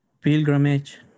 pilgrimage